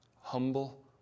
humble